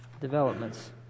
developments